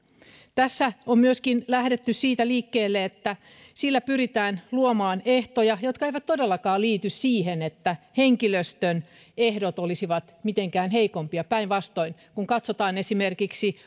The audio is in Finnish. tässä on myöskin lähdetty siitä liikkeelle että sillä pyritään luomaan ehtoja jotka eivät todellakaan liity siihen että henkilöstön ehdot olisivat mitenkään heikompia päinvastoin kun katsotaan esimerkiksi